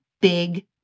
big